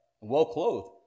well-clothed